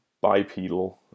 bipedal